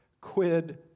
quid